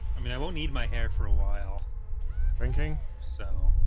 i mean, i won't need my hair for a while drinking settle